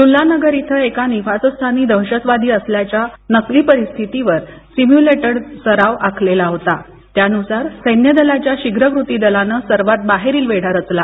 लुल्लानगर इथे एका निवासस्थानी दहशतवादी असल्याच्या नकली परिस्थितीवर सिम्युलेटेड सराव आखलेला होता त्यानुसार सैन्यदलाच्या शीघ्र कृती दलानं सर्वात बाहेरील वेढा रचला